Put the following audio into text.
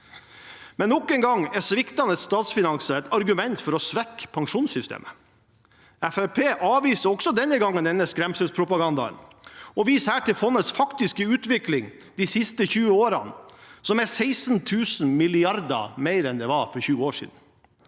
men nok en gang er sviktende statsfinanser et argument for å svekke pensjonssystemet. Fremskrittspartiet avviser også denne gangen denne skremselspropagandaen og viser her til fondets faktiske utvikling de siste 20 årene, som er 16 000 mrd. kr mer enn det var for 20 år siden,